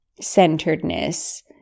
centeredness